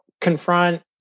confront